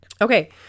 Okay